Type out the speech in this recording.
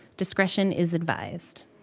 discretion is advised